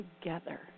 together